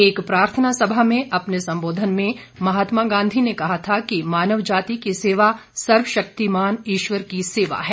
एक प्रार्थना सभा में अपने संबोधन में महात्मा गांधी ने कहा था कि मानव जाति की सेवा सर्वशक्तिमान ईश्वर की सेवा है